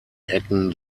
ecken